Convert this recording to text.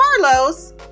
carlos